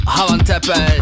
Havantepe